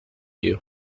you